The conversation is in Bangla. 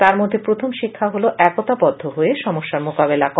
তার মধ্যে প্রথম শিক্ষা হল একতা বদ্ধ হয়ে সমস্যার মোকাবেলা করা